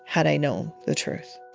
had i known the truth